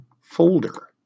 folder